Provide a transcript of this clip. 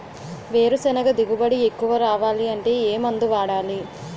వేరుసెనగ దిగుబడి ఎక్కువ రావాలి అంటే ఏ మందు వాడాలి?